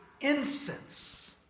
incense